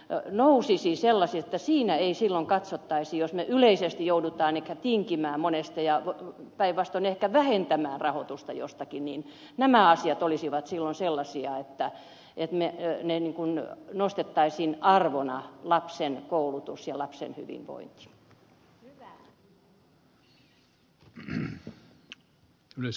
hän nousi siis sellaisia niin siinä silloin katsottaisiin että jos me yleisesti joudumme ehkä tinkimään monesta ja päinvastoin ehkä vähentämään rahoitusta jostakin niin nämä asiat olisivat silloin sellaisia että nostettaisiin arvona lapsen koulutus ja lapsen hyvinvointi